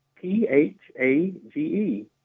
P-H-A-G-E